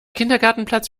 kindergartenplatz